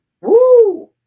Woo